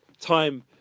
time